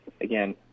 again